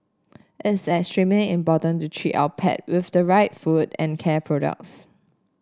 it's extremely important to treat our pet with the right food and care products